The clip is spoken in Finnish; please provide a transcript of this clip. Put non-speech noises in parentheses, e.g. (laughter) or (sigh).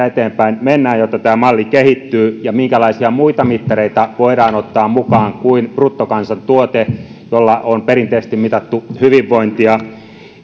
(unintelligible) eteenpäin mennään jotta tämä malli kehittyy ja minkälaisia muita mittareita voidaan ottaa mukaan kuin bruttokansantuote jolla on perinteisesti mitattu hyvinvointia